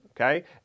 Okay